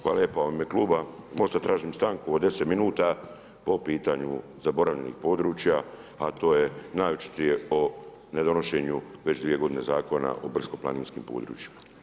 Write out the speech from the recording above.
Hvala lijepo u ime kluba MOST-a tražim stanku od 10 minuta po pitanju zaboravljenih područja a to je najočitije o nedonošenju već dvije godine Zakona o brdsko-planinskim područjima.